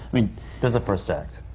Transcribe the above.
i mean there's a first act.